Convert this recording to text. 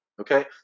okay